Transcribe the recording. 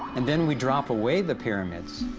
and then we drop away the pyramids,